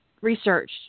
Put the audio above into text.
research